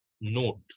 note